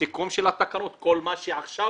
הסיכום של התקנות, כל מה שעכשיו